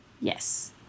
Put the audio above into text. Yes